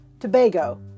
Tobago